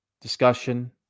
discussion